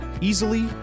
easily